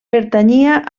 pertanyia